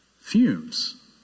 fumes